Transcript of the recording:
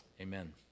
Amen